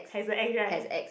has a ex right